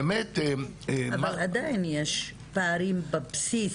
אבל עדיין יש פערים בבסיס.